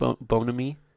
bonamy